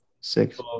Six